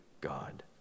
God